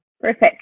Perfect